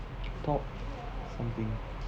talk something